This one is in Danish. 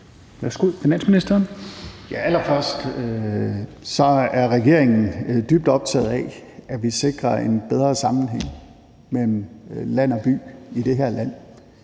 jeg sige, at regeringen er dybt optaget af, at vi sikrer en bedre sammenhæng mellem land og by i det her land.